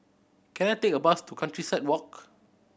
can I take a bus to Countryside Walk